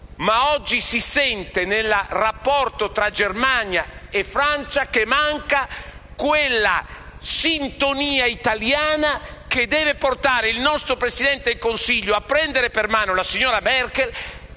Ma oggi si sente, nel rapporto tra Germania e Francia, che manca quella sintonia italiana che deve portare il nostro Presidente del Consiglio a prendere per mano la signora Merkel